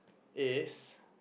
is